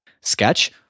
sketch